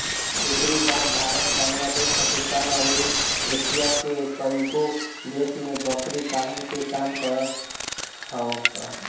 एकरी बाद भारत, बांग्लादेश, पाकिस्तान अउरी एशिया के कईगो देश में बकरी पालन के काम होताटे